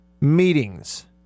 meetings